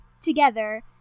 together